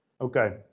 Okay